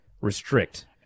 restrict